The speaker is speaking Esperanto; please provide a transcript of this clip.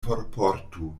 forportu